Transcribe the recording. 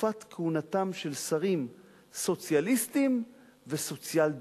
בתקופת כהונתם של שרים סוציאליסטים וסוציאל-דמוקרטים.